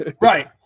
Right